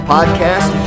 Podcast